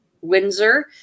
Windsor